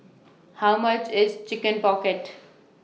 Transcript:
How much IS Chicken Pocket